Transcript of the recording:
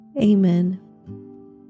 Amen